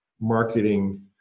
marketing